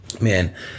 Man